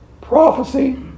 prophecy